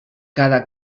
cada